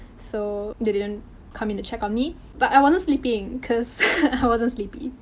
so, they didn't come in to check on me. but, i wasn't sleeping. because i wasn't sleepy.